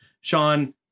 Sean